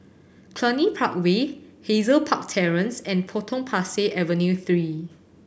Cluny Park Way Hazel Park Terrace and Potong Pasir Avenue Three